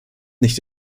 nicht